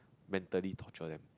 mentally torture them